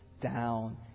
down